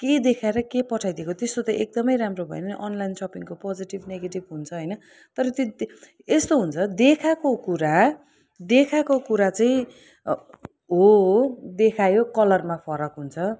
के देखाएर के पठाइदिएको त्यस्तो त एकदमै राम्रो भएन नि अनलाइन सपिङको पोजिटिभ नेगेटिभ हुन्छ होइन तर त्यो यस्तो हुन्छ देखाएको कुरा देखाएको कुरा चाहिँ हो देखायो कलरमा फरक हुन्छ